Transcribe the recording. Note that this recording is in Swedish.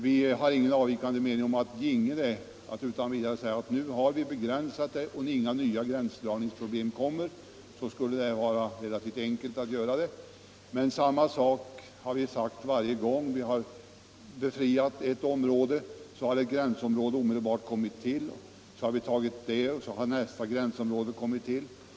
Vi är nog överens om att kunde befrielse medges utan att nya gränsdragningsproblem uppkommer, så skulle det vara relativt enkelt att göra det. Men varje gång vi har befriat ett område från beskattning har krav omedelbart rests på befrielse för ett angränsande område. Har vi då medgivit befrielse också för det området, så har nästa gränsområde kommit i blickfånget, osv.